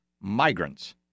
migrants